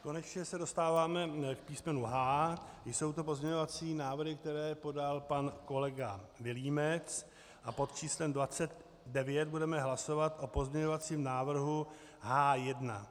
Konečně se dostáváme k písmenu H. Jsou to pozměňovací návrhy, které podal pan kolega Vilímec, a pod číslem 29 budeme hlasovat o pozměňovacím návrhu H1.